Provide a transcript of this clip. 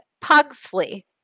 Pugsley